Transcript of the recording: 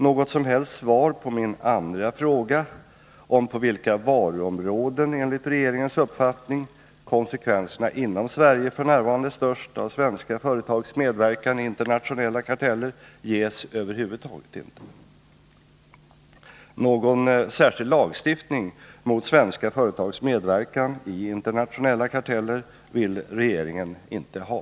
Något som helst svar på min andra fråga om på vilka varuområden enligt regeringens uppfattning konsekvenserna inom Sverige f. n. är störst av svenska företags medverkan i internationella karteller ges över huvud taget inte. Någon särskild lagstiftning mot svenska företags medverkan i internationella karteller vill regeringen inte ha.